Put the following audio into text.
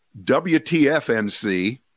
WTFNC